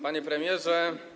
Panie Premierze!